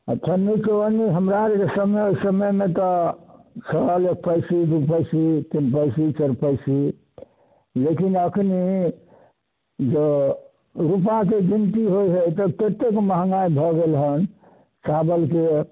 अठन्नी चवन्नी हमरा आर समय ओइ समयमे तऽ चलल एक पैसी दू पैसी तीन पैसी चारि पैसी लेकिन अखनी जे रूपैआके गिनती होइ हय तऽ ततेक महँगाइ भऽ गेलहन चावलके